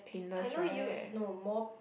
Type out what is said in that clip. I know you~ no more